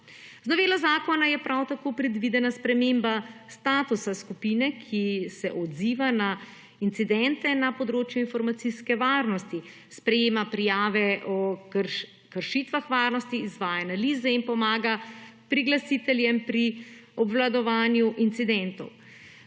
Z novelo zakona je prav tako predvidena sprememba statusa skupine, ki se odziva na incidente na področju informacijske varnosti, sprejema prijave o kršitvah varnosti, izvaja analize in pomaga priglasiteljem pri obvladovanju incidentov.